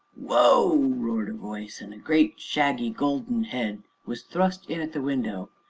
whoa! roared a voice, and a great, shaggy golden head was thrust in at the window,